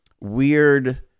weird